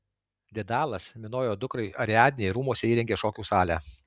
dedalas minojo dukrai ariadnei rūmuose įrengė šokių salę